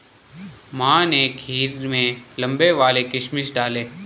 माँ ने खीर में लंबे वाले किशमिश डाले